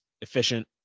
efficient